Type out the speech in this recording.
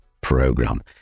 program